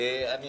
כן.